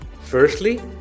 Firstly